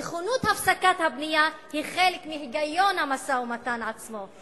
נכונות הפסקת הבנייה היא חלק מהגיון המשא-ומתן עצמו,